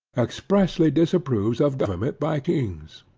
expressly disapproves of government by kings.